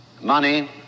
money